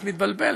את מתבלבלת.